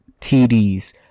TDs